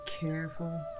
careful